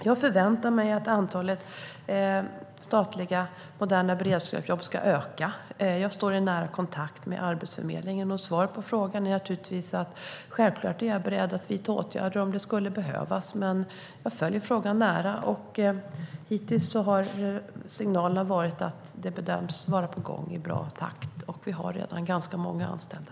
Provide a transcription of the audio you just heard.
Jag förväntar mig att antalet statliga moderna beredskapsjobb ska öka. Jag står i nära kontakt med Arbetsförmedlingen. Svaret på frågan är naturligtvis att jag självklart är beredd att vidta åtgärder om det skulle behövas. Jag följer frågan nära. Hittills har signalerna varit att det bedöms vara på gång i bra takt. Vi har redan ganska många anställda.